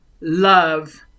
love